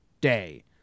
day